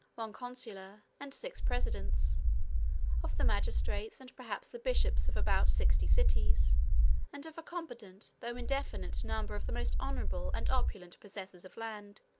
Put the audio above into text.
one consular, and six presidents of the magistrates, and perhaps the bishops, of about sixty cities and of a competent, though indefinite, number of the most honorable and opulent possessors of land,